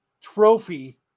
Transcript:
trophy